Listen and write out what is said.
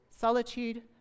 solitude